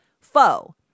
foe